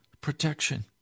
protection